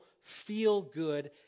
feel-good